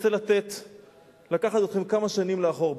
רוצה לקחת אתכם כמה שנים לאחור,